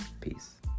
Peace